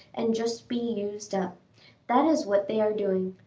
and just be used up that is what they are doing,